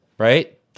right